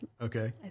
Okay